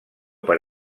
per